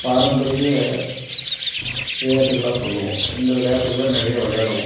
பாரம்பரிய விளையாட்டுகளாக சொல்லுவோம் இந்த விளையாட்டுகளை நிறைய விளையாடுவோம்